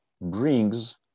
brings